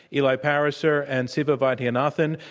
eli pariser and siva vaidhyanathan.